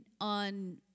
on